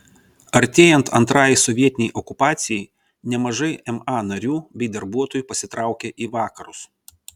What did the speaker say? artėjant antrajai sovietinei okupacijai nemažai ma narių bei darbuotojų pasitraukė į vakarus